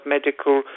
Medical